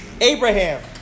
Abraham